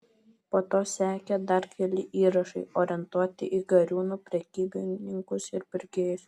po to sekė dar keli įrašai orientuoti į gariūnų prekybininkus ir pirkėjus